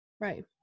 Right